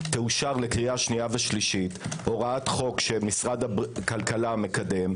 תאושר לקריאה שנייה ושלישית הוראת חוק שמשרד הכלכלה מקדם,